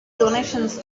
donations